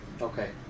Okay